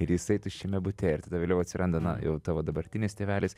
ir jisai tuščiame bute ir tada vėliau atsiranda na jau tavo dabartinis tėvelis